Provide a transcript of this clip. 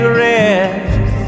rest